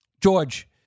George